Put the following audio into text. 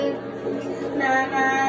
Mama